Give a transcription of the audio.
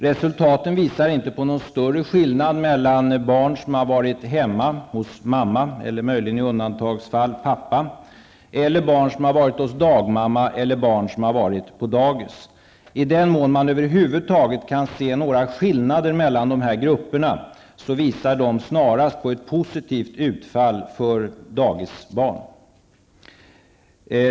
Resultaten visar inte på någon större skillnad mellan barn som har varit hemma hos sin mamma -- eller möjligen, i undantagsfall, hos sin pappa -- och barn som har varit hos dagmamma eller på dagis. I den mån man över huvud taget kan se några skillnader mellan de här grupperna är det snarast fråga om ett positivt utfall för dagisbarnen.